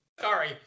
Sorry